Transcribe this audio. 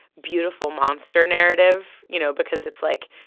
beautiful monster narrative, you know, because it's, like,